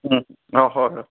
অঁ হয়